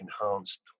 enhanced